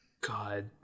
God